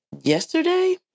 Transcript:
yesterday